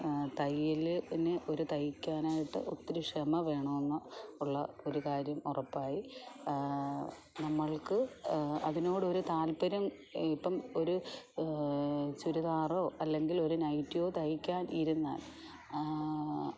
തയ്യൽ ന് ഒരു തയ്ക്കാനായിട്ട് ഒത്തിരി ക്ഷമ വേണമെന്ന് ഉള്ള ഒരു കാര്യം ഉറപ്പായി നമ്മൾക്ക് അതിനോടൊരു താൽപ്പര്യം ഇപ്പം ഒരു ചുരിദാറോ അല്ലെങ്കിലൊരു നൈറ്റിയോ തയ്ക്കാൻ ഇരുന്നാൽ